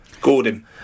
Gordon